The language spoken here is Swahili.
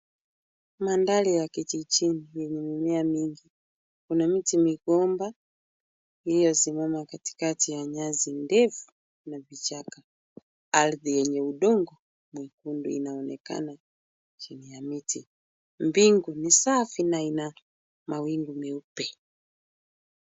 Mandhari ya kijijini ni yenye mimea mingi. Kuna miti migomba iliyosimama katikati ya nyasi ndefu na kichaka. Ardhi yenye udongo mwekundu inaonekana chini ya miti. Mbingu ni safi na ina mawingu meupe.